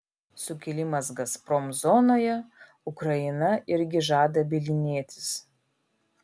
sukilimas gazprom zonoje ukraina irgi žada bylinėtis